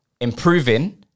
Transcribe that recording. improving